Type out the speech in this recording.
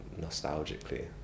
nostalgically